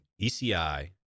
ECI